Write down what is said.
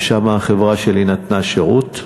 ששם החברה שלי נתנה שירות,